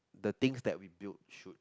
the things that we build should